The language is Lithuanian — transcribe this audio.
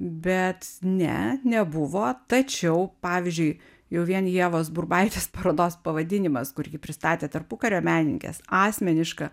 bet ne nebuvo tačiau pavyzdžiui jau vien ievos burbaitės parodos pavadinimas kur ji pristatė tarpukario menininkes asmeniška